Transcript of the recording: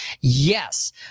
yes